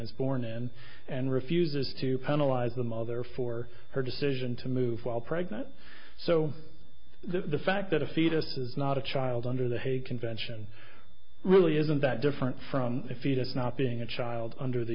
is born in and refuses to penalize the mother for her decision to move while pregnant so the fact that a fetus is not a child under the hague convention really isn't that different from a fetus not being a child under the